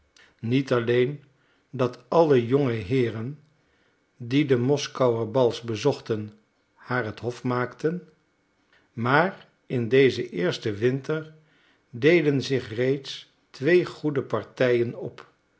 niet alleen dat alle jonge heeren die de moskouer bals bezochten haar het hof maakten maar in dezen eersten winter deden zich reeds twee goede partijen op